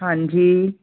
ਹਾਂਜੀ